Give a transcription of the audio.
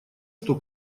что